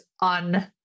on-